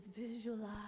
visualize